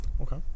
Okay